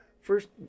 first